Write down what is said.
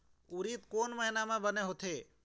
उरीद कोन महीना म बने होथे?